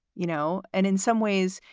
you know, and in some ways,